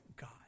God